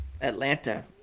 Atlanta